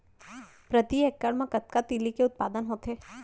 प्रति एकड़ मा कतना तिलि के उत्पादन होथे?